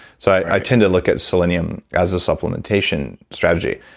so i tend to look at selenium as a supplementation strategy.